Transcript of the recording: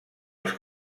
els